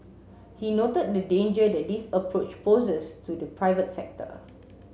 he noted the danger that this approach poses to the private sector